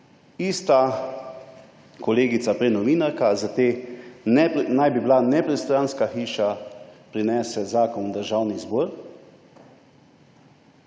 ista kolegica, prej novinarka, iz te, naj bi bila nepristranska hiša, prinese zakon v Državni zbor,